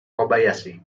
kobayashi